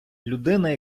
людина